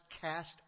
cast